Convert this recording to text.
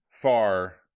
far